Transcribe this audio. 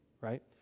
Right